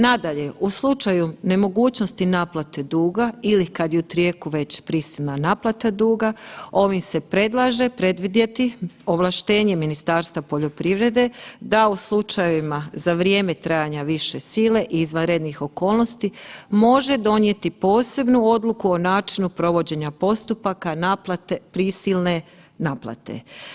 Nadalje, u slučaju nemogućnosti naplate duga ili kad je tu tijeku već prisilna naplata duga, ovim se predlaže predvidjeti ovlaštenje Ministarstva poljoprivrede da u slučajevima za vrijeme trajanja više sile i izvanrednih okolnosti može donijeti posebnu odluku o načinu provođenja postupaka naplate prisilne naplate.